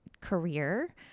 career